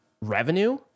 revenue